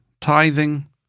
tithing